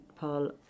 Paul